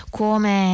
come